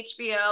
hbo